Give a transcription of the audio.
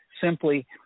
simply